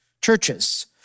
churches